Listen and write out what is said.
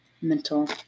mental